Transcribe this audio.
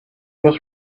was